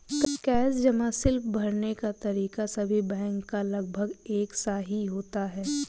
cash जमा slip भरने का तरीका सभी बैंक का लगभग एक सा ही होता है